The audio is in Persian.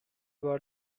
بار